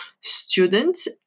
students